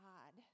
God